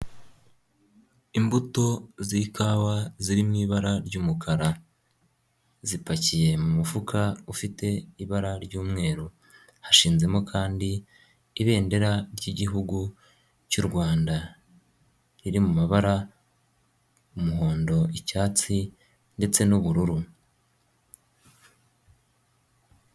Imbuto z'ikawa ziri mu ibara ry'umukara, zipakiye mu mufuka ufite ibara ry'umweru, hashizemo kandi ibendera ry'Igihugu cy'u Rwanda, riri mu mabara, umuhondo, icyatsi ndetse n'ubururu.